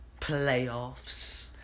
playoffs